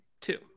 two